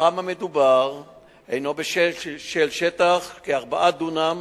המתחם המדובר הינו על שטח של כ-4 דונם